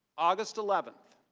august eleventh,